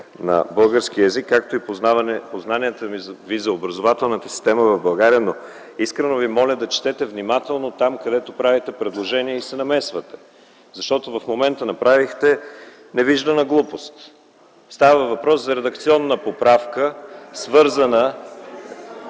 на българския език, както и познанията Ви за образователната система в България, но искрено Ви моля внимателно да четете там, където правите предложение и се намесвате! В момента направихте невиждана глупост. Става дума за редакционна поправка, свързана....(силен